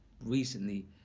recently